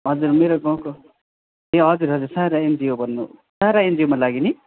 हजुर मेरो गाउँको ए हजुर हजुर सारा एनजिओ भन्नु सारा एनजिओमा लाग्यो नि